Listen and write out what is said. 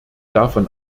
davon